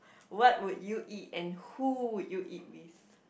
what would you eat and who would you eat with